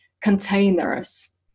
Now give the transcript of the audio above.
containers